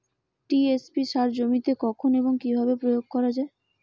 TSP সার জমিতে কখন এবং কিভাবে প্রয়োগ করা য়ায়?